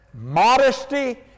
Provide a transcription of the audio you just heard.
modesty